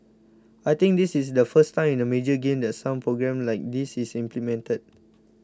I think this is the first time in a major game that some programme like this is implemented